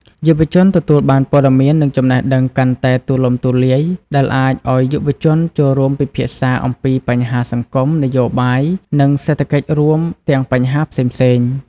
យុវជនទទួលបានព័ត៌មាន និងចំណេះដឹងកាន់តែទូលំទូលាយ ដែលអាចឲ្យយុវជនចូលរួមពិភាក្សាអំពីបញ្ហាសង្គម នយោបាយ និងសេដ្ឋកិច្ចរួមទាំងបញ្ហាផ្សេងៗ។